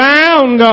Bound